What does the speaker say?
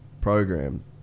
program